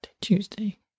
Tuesday